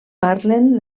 parlen